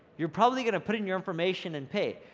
you're probably gonna put in your information and pay,